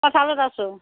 পথাৰত আছোঁ